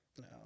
No